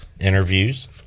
interviews